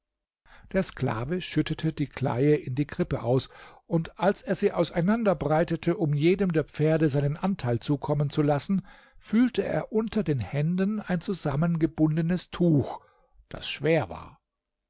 der sklave schüttete die kleie in die krippe aus und als er sie auseinander breitete um jedem der pferde seinen anteil zukommen zu lassen fühlte er unter den händen ein zusammengebundenes tuch das schwer war